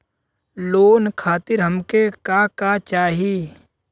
Loan खातीर हमके का का चाही?